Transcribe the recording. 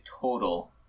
total